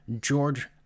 George